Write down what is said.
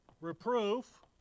reproof